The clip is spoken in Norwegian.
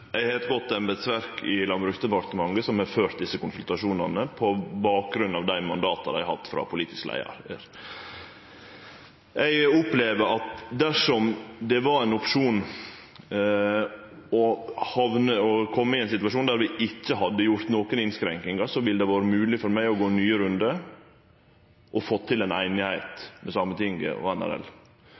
Eg har eit godt embetsverk i Landbruksdepartementet, som har ført desse konsultasjonane på bakgrunn av dei mandata det har hatt frå politisk leiar. Eg opplever at dersom det var ein opsjon å kome i ein situasjon der vi ikkje hadde gjort nokon innskrenkingar, ville det vore mogleg for meg å gå nye rundar og få til ei einigheit med Sametinget og